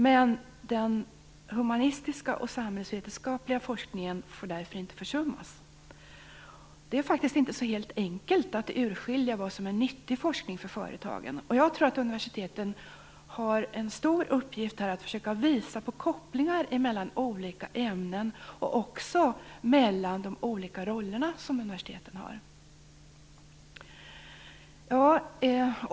Men den humanistiska och samhällsvetenskapliga forskningen får därför inte försummas. Det är faktiskt inte så enkelt att urskilja vad som är nyttig forskning för företagen. Jag tror att universiteten har en stor uppgift att försöka visa på kopplingar mellan olika ämnen och även mellan de olika roller som universiteten har.